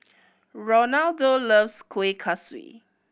Ronaldo loves Kuih Kaswi